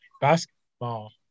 basketball